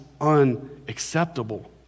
unacceptable